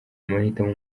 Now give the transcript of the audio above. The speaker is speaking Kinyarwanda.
amahitamo